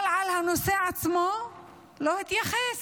אבל לנושא עצמו לא התייחס.